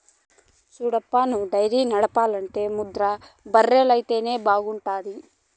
సూడప్పా నువ్వు డైరీ నడపాలంటే ముర్రా బర్రెలైతేనే బాగుంటాది